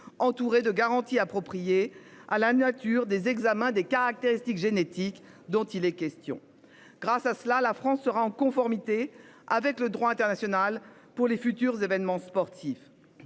entourée de garanties appropriées à la nature des examens des caractéristiques génétiques dont il est question. Grâce à cela, la France sera en conformité avec le droit international pour les futurs événements sportifs.